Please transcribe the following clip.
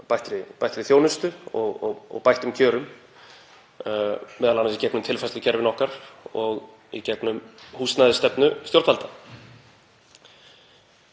bættri þjónustu og bættum kjörum, m.a. í gegnum tilfærslukerfin okkar og í gegnum húsnæðisstefnu stjórnvalda.